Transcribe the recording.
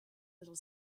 little